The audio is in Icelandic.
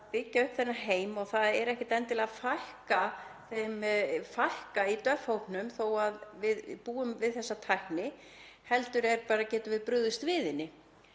byggja upp þennan heim og það er ekkert endilega að fækka í döff hópnum þó að við búum við þessa tækni heldur getum við brugðist við henni.